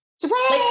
Surprise